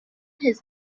has